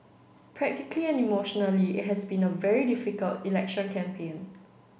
practically and emotionally it has been a very difficult election campaign